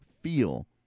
feel